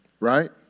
right